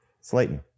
Slayton